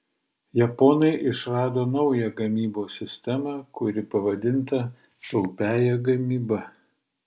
japonai išrado naują gamybos sistemą kuri pavadinta taupiąja gamyba